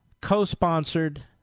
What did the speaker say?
co-sponsored